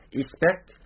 expect